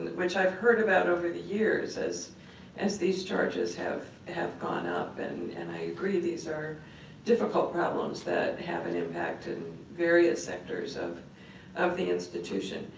which i've heard about over the years as as these charges have have gone up, and and i agree these are difficult problems that have an impact in various sectors of of the institution.